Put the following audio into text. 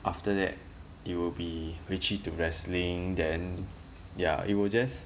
after that it will be 回去 to wrestling then ya it will just